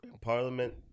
Parliament